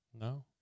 No